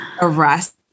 arrest